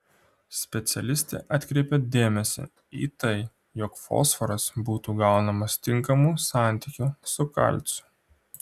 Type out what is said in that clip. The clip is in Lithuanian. specialistė atkreipia dėmesį į tai jog fosforas būtų gaunamas tinkamu santykiu su kalciu